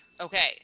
Okay